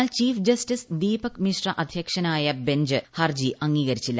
എന്നാൽ chief justice Deepak Mishra അധ്യക്ഷനായ bench ഹർജി അംഗീകരിച്ചില്ല